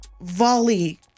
volley